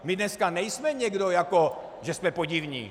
My dneska nejsme někdo, jako že jsme podivní.